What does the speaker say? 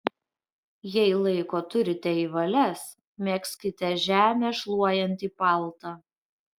jei laiko turite į valias megzkite žemę šluojantį paltą